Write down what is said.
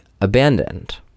abandoned